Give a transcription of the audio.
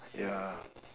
ya